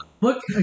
Look